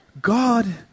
God